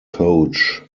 coach